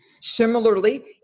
Similarly